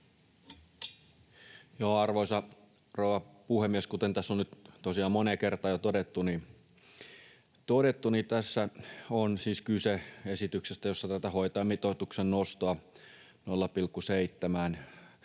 rouva puhemies! Kuten tässä on moneen kertaan jo todettu, tässä on kyse esityksestä, jossa hoitajamitoituksen nostoa 0,7